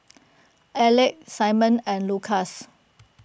Alek Simon and Lucas